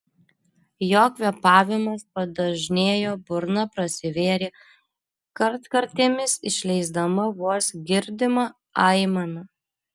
jo kvėpavimas padažnėjo burna prasivėrė kartkartėmis išleisdama vos girdimą aimaną